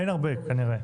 אין הרבה כנראה.